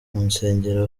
nsengero